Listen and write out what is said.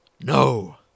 No